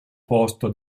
posto